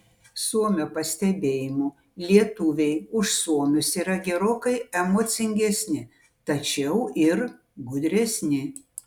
suomio pastebėjimu lietuviai už suomius yra gerokai emocingesni tačiau ir gudresni